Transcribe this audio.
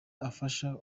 afasha